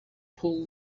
pull